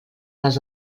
les